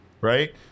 right